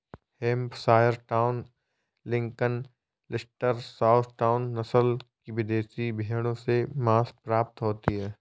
Hampshire town, Lincoln, Leicester, south town, नस्ल की विदेशी भेंड़ों से माँस प्राप्ति होती है